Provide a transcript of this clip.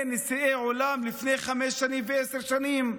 נשיאי עולם לפני חמש שנים ועשר שנים.